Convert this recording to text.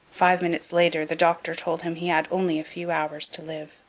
five minutes later the doctor told him he had only a few hours to live.